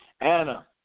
Anna